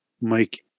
Mike